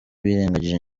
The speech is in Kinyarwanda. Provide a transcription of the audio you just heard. birengagije